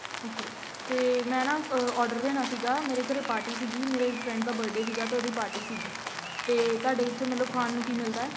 ਅਤੇ ਮੈਂ ਨਾ ਅ ਔਡਰ ਦੇਣਾ ਸੀਗਾ ਮੇਰੇ ਘਰ ਪਾਰਟੀ ਸੀਗੀ ਮੇਰੇ ਫਰੈਂਡ ਦਾ ਬੱਡੇ ਸੀਗਾ ਅਤੇ ਉਹਦੀ ਪਾਰਟੀ ਸੀਗੀ ਤਾਂ ਤੁਹਾਡੇ ਇੱਥੇ ਮਤਲਬ ਖਾਣ ਨੂੰ ਕੀ ਮਿਲਦਾ